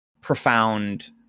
profound